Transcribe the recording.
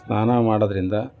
ಸ್ನಾನ ಮಾಡೋದರಿಂದ